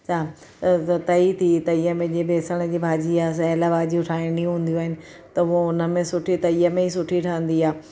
थिया तई थी तईअ में जीअं बेसण जी भाॼी आहे सिअल भाॼियूं ठाहिणियूं हूंदियूं आहिनि त उहो उन में सुठी तई में ई सुठी ठहंदी आहे